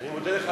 אני מודה לך,